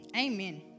Amen